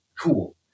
cool